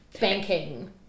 banking